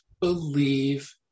believe